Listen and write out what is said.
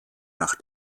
nach